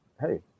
hey